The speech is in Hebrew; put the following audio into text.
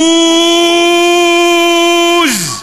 ב-ו-ו-ו-ו-ז,